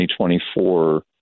2024